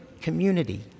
community